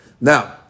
Now